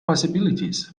possibilities